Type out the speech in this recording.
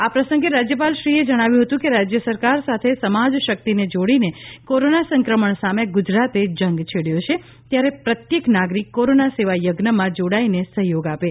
આ પ્રસંગે રાજ્યપાલશ્રીએ જણાવ્યુ હતું કે રાજ્ય સરકાર સાથે સમાજ શક્તિને જોડીને કોરોના સંક્રમણ સામે ગુજરાતે જંગ છેડ્યો છે ત્યારે પ્રત્યેક નાગરિક કોરોના સેવા યજ્ઞમાં જોડાઈને સહયોગ આપે